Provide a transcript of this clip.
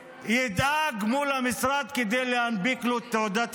שידאג מול המשרד כדי להנפיק לו את תעודת